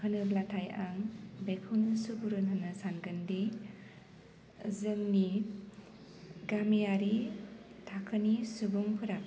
होनोब्लाथाय आं बेखौनो सुबुरुन होनो सानगोनदि जोंनि गामियारि थाखोनि सुबुंफोरा